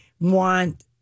want